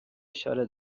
اشاره